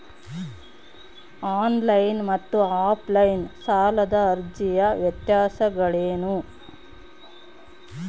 On line ಮತ್ತು offline ಸಾಲದ ಅರ್ಜಿಯ ವ್ಯತ್ಯಾಸಗಳೇನು?